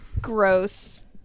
Gross